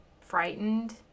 frightened